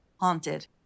haunted